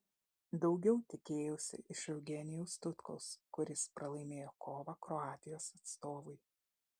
daugiau tikėjausi iš eugenijaus tutkaus kuris pralaimėjo kovą kroatijos atstovui